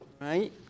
Right